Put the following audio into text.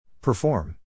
Perform